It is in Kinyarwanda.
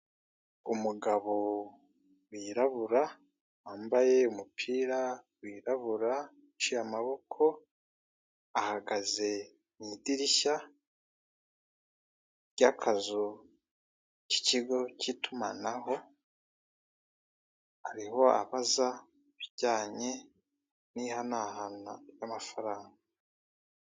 Umugabo wirabura wambaye umupira wirabura uciye amaboko ahagaze mw'idirishya ry'akazu k'ikigo cy'itumanaho ariho abaza ibijyanye n'ihanahana ry'amafaranga.